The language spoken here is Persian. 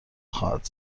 خواهد